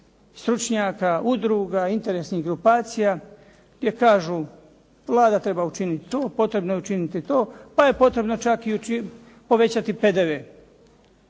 stručnjaka, udruga, interesnih grupacija gdje kažu Vlada treba učiniti to, potrebno je učiniti to, pa je potrebno čak i povećati PDV.